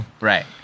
Right